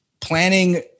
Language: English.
planning